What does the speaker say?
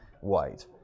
white